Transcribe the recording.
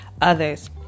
others